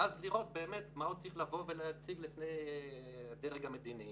ואז לראות מה הוא צריך להציג בפני הדרג המדיני